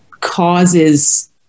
causes